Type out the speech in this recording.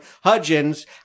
Hudgens